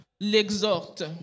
l'exhorte